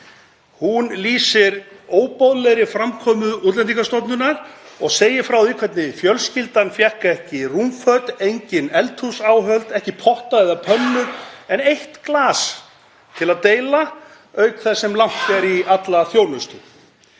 Konan lýsir óboðlegri framkomu Útlendingastofnunar og segir frá því hvernig fjölskyldan fékk ekki rúmföt, engin eldhúsáhöld, ekki potta eða pönnur en eitt glas til að deila, auk þess sem langt er í alla þjónustu.